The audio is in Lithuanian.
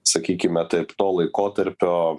sakykime taip to laikotarpio